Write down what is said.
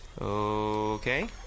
Okay